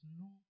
no